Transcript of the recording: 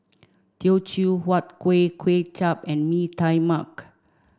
Teochew Huat Kuih Kway Chap and Mee Tai Mak